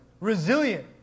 resilient